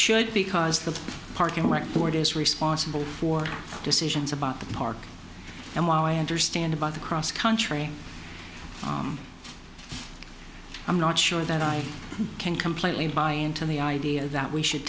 should because the park intellect board is responsible for decisions about the park and while i understand about the cross country i'm not sure that i can completely buy into the idea that we should